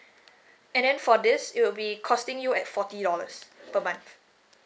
and then for this it will be costing you at forty dollars per month